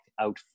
out